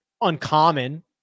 uncommon